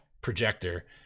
projector